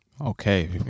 Okay